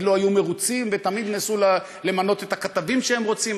לא היו מרוצים ותמיד ניסו למנות את הכתבים שהם רוצים.